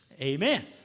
Amen